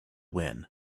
wind